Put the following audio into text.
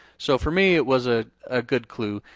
so for me it was a ah good clue.